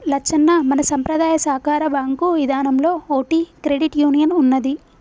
లచ్చన్న మన సంపద్రాయ సాకార బాంకు ఇదానంలో ఓటి క్రెడిట్ యూనియన్ ఉన్నదీ